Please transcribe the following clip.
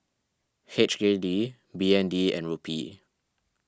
H K D B N D and Rupee